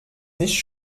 nicht